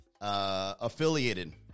affiliated